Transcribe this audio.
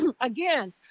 again